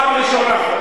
פעם ראשונה.